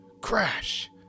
CRASH